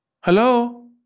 hello